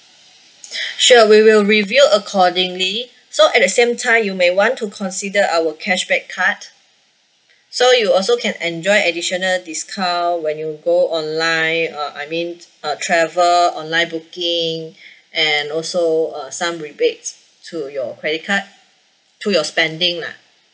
sure we will review accordingly so at the same time you may want to consider our cashback card so you also can enjoy additional discount when you go online uh I mean uh travel online booking and also uh some rebates to your credit card to your spending lah